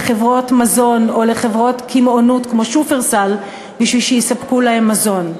לחברות מזון או לחברות קמעונות כמו "שופרסל" בשביל שיספקו להם מזון.